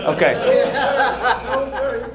Okay